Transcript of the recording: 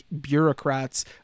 bureaucrats